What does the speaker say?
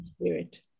spirit